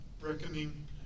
reckoning